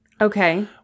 Okay